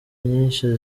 nyinshi